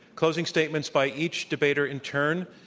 closing statements by each debater in turn.